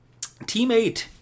Teammate